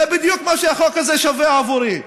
זה בדיוק מה שהחוק הזה שווה עבורי.